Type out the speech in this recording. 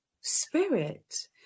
spirit